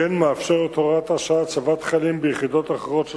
כמו כן מאפשרת הוראת השעה הצבת חיילים ביחידות אחרות של